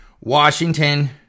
Washington